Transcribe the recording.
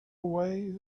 away